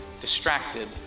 distracted